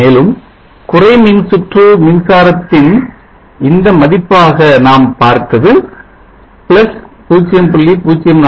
மேலும் குறை மின் சுற்று மின்சாரத்தின் இந்த மதிப்பாக நாம் பார்த்தது 0